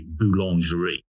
boulangerie